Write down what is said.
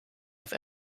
have